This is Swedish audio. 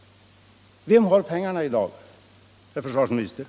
Vem har pengarna i dag. herr försvarsminister?